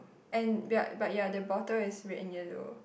and we are but ya the bottle is red and yellow